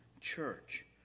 church